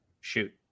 Shoot